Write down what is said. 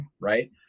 right